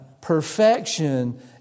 perfection